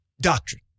doctrine